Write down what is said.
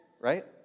Right